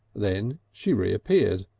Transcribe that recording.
then she reappeared.